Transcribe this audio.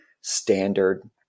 standard